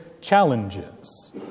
challenges